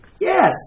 Yes